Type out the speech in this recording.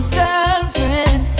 girlfriend